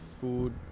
food